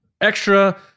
extra